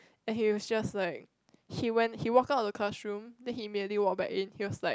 and he was just like he went he walk out of the classroom then he immediately walk back in he was like